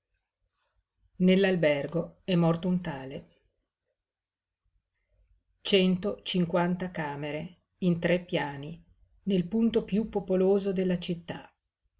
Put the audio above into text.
nell'albergo è morto un tale cento cinquanta camere in tre piani nel punto piú popoloso della città